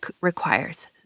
requires